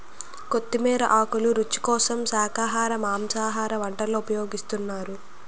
కొత్తిమీర ఆకులు రుచి కోసం శాఖాహార మాంసాహార వంటల్లో ఉపయోగిస్తున్నారు